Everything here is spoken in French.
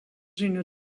une